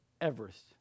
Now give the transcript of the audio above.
Everest